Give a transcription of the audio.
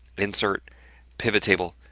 insert pivot table.